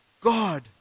God